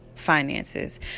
finances